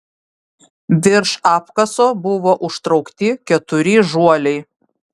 virš apkaso buvo užtraukti keturi žuoliai